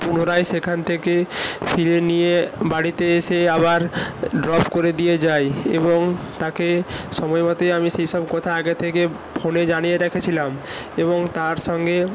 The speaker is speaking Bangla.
পুনরায় সেখান থেকে ফিরিয়ে নিয়ে বাড়িতে এসে আবার ড্রপ করে দিয়ে যায় এবং তাকে সময় মতোই আমি সেই সব কথা আগে থেকে ফোনে জানিয়ে রেখেছিলাম এবং তার সঙ্গে